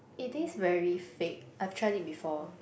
it is very fake I've tried it before